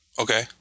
Okay